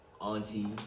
auntie